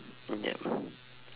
mm yup